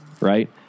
right